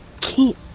keep